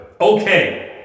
Okay